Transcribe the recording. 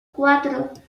cuatro